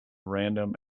random